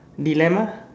dilemma